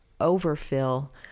overfill